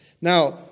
Now